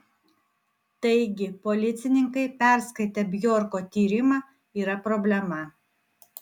taigi policininkai perskaitę bjorko tyrimą yra problema